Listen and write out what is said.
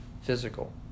physical